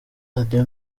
radio